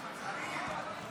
קריב,